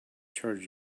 charge